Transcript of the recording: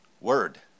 Word